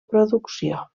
producció